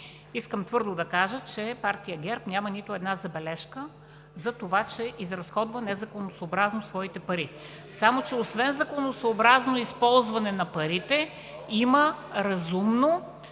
Искам твърдо да кажа, че партия ГЕРБ няма нито една забележка за това, че изразходва незаконосъобразно своите пари. Само че освен законосъобразно използване на парите, има разумно